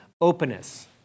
openness